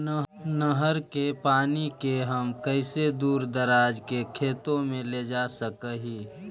नहर के पानी के हम कैसे दुर दराज के खेतों में ले जा सक हिय?